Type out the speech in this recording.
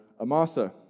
Amasa